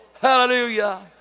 Hallelujah